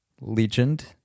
Legend